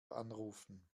anrufen